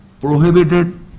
prohibited